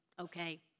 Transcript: okay